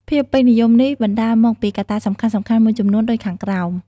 ភាពពេញនិយមនេះបណ្តាលមកពីកត្តាសំខាន់ៗមួយចំនួនដូចខាងក្រោម